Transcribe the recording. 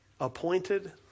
appointed